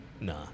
nah